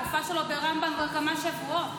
הגופה שלו ברמב"ם כבר כמה שבועות.